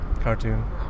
cartoon